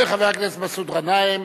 חבר הכנסת מסעוד גנאים,